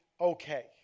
okay